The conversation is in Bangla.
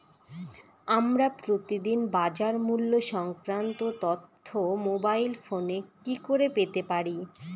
আমরা প্রতিদিন বাজার মূল্য সংক্রান্ত তথ্য মোবাইল ফোনে কি করে পেতে পারি?